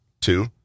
Two